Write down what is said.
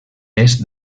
est